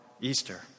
Easter